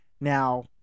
Now